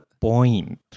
point